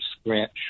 scratch